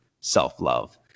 self-love